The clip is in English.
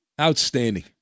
Outstanding